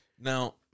Now